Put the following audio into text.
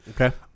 Okay